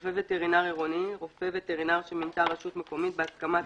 "רופא וטרינר עירוני" רופא וטרינר שמינתה רשות מקומית בהסכמת